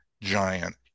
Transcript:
giant